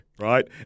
Right